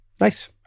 Nice